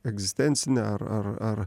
egzistencinė ar ar ar